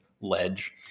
ledge